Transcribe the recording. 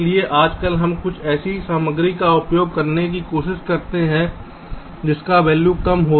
इसलिए आजकल हम कुछ ऐसी सामग्री का उपयोग करने की कोशिश करते हैं जिसका वैल्यू कम हो